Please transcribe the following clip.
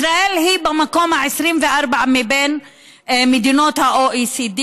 ישראל היא במקום ה-24 מבין מדינות ה-OECD